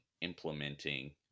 implementing